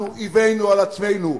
אנחנו הבאנו על עצמנו,